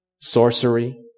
Sorcery